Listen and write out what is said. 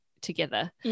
together